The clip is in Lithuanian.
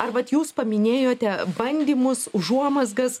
ar vat jūs paminėjote bandymus užuomazgas